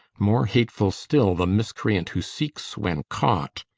more hateful still the miscreant who seeks when caught,